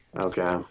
Okay